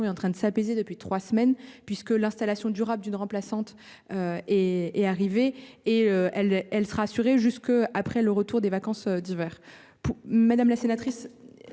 est en train de s'apaiser depuis 3 semaines. Puisque l'installation durable d'une remplaçante. Et est arrivée et elle elle sera assurée jusqu'après le retour des vacances d'hiver pour madame la sénatrice.